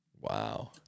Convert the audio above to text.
Wow